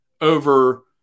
over